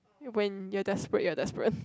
when you're desperate you're desperate